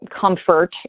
comfort